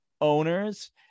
owners